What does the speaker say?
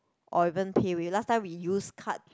or even PayWave last time we use card